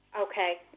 Okay